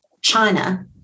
China